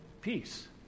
peace